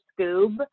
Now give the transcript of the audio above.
Scoob